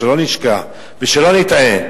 שלא נשכח ושלא נטעה,